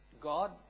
God